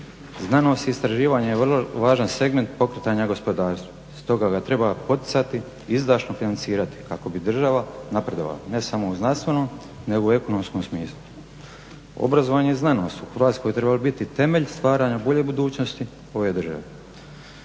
Znanost i istraživanje je vrlo važan segment pokretanja gospodarstva stoga ga treba poticati i izdašno financirati kako bi država napredovala, ne samo u znanstvenom nego u ekonomskom smislu. Obrazovanje i znanost u Hrvatskoj treba biti temelj stvaranja bolje budućnosti ove države.